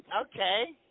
Okay